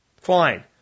fine